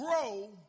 grow